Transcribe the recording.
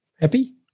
Happy